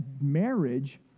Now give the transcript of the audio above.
marriage